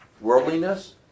Worldliness